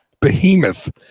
Behemoth